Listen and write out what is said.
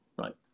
right